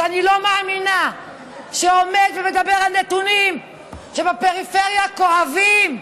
שאני לא מאמינה שהוא עומד ומדבר על נתונים כשבפריפריה כואבים.